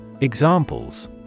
Examples